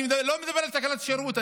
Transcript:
אני לא מדבר על תקנת השירות,